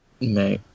No